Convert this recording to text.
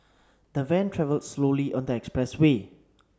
the van travelled slowly on the express way